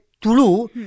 Tulu